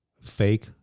fake